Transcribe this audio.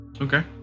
Okay